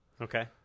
okay